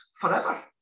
forever